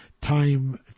time